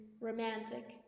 romantic